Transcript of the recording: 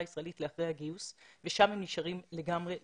הישראלית אחרי הגיוס ושם הם נשארים לגמרי לבד.